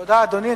תודה, אדוני.